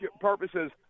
purposes